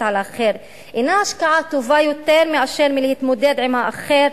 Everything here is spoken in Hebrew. על האחר אינה השקעה טובה יותר מאשר להתמודד עם האחר?